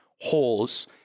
holes